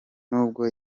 nubwo